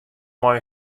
mei